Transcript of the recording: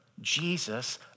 Jesus